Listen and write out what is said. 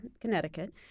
Connecticut